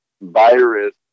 virus